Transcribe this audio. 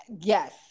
yes